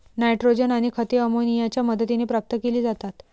nitrogen आणि खते अमोनियाच्या मदतीने प्राप्त केली जातात